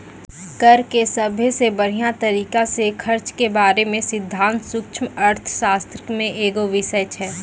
कर के सभ्भे से बढ़िया तरिका से खर्च के बारे मे सिद्धांत सूक्ष्म अर्थशास्त्रो मे एगो बिषय छै